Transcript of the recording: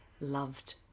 loved